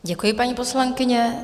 Děkuji, paní poslankyně.